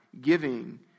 giving